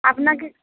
আপনাকে